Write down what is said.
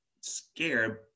scared